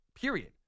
period